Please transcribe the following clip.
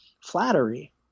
flattery